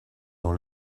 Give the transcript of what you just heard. dans